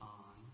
on